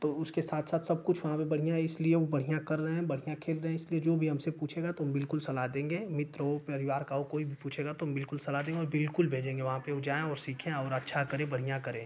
तो उसके साथ साथ सब कुछ वहाँ पर बढ़िया इसलिए वो बढ़िया कर रहे हैं बढ़िया खेल रहे हैं इसलिए जो भी हमसे पूछेगा तो हम बिल्कुल सलाह देंगे मित्र हो परिवार का हो कोई भी पूछेगा तो हम बिल्कुल सलाह देंगे और बिल्कुल भेजेंगे वहाँ पर वो जाएँ वो सीखें और अच्छा करे बढ़िया करे